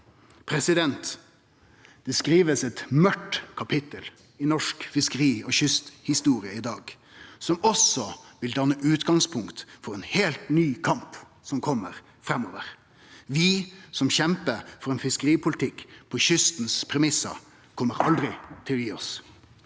med det. Det blir skrive eit mørkt kapittel i norsk fiskeri- og kysthistorie i dag, og det vil danne utgangspunkt for ein heilt ny kamp som kjem framover. Vi som kjempar for ein fiskeripolitikk på kystens premissar, kjem aldri til å gi oss.